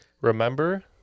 Remember